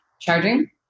charging